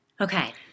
Okay